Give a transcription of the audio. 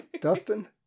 dustin